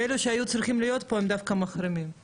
אלה שהיו צריכים להיות פה הם דווקא מחרימים.